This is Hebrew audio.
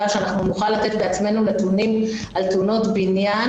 והרווחה שאנחנו נוכל לתת בעצמנו נתונים על תאונות בניין.